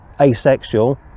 asexual